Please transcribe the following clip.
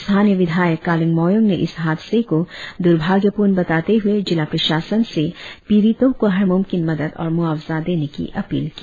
स्थानीय विधायक कालियं मोयोंग ने इस हादसे को दुर्भाग्यपुर्ण बताते हुए जिला प्रशासन से पिड़ितों को हर मुमकिन मदद और मुआवजा देने की अपील की